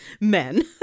men